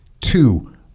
Two